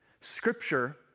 Scripture